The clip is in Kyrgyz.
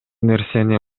нерсени